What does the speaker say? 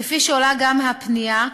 כפי שעולה גם מהפנייה,